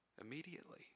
immediately